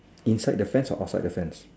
inside the fence or outside the fence